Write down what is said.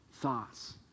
thoughts